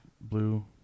Blue